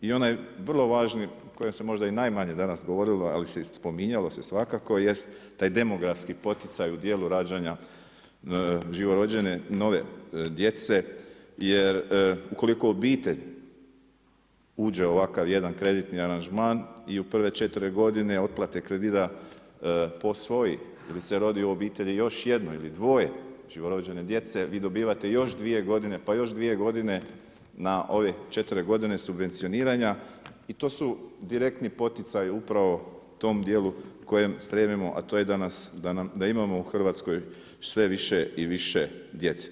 I onaj vrlo važni koji se možda najmanje danas govorilo, ali se spominjalo svakako jest, taj demografski poticaj u dijelu rađanja živorođene nove djece jer ukoliko obitelj uđe u ovakav kreditni aranžman i u prve 4 godine otplate kredita, posvoji ili se rodi u obitelji još jedno ili dvoje živorođene djece, vi dobivate još dvije godine, pa još dvije godine na ove 4 godine subvencioniranja i to su direktni poticaji upravo tom dijelu kojem stremimo a to je da imamo u Hrvatskoj sve više i više djece.